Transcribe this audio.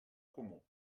comú